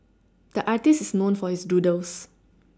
the artist is known for his doodles